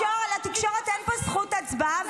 לתקשורת אין פה זכות הצבעה,